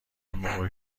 موقع